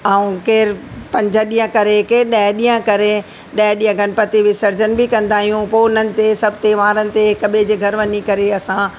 ऐं केरु पंज ॾींहं करे केरु ॾह ॾींहं करे ॾह ॾींहं गनपती विसर्जन बि कंदा आहियूं पोइ उन्हनि ते सभु त्योहारनि ते हिक ॿिए जे घर वञी करे असां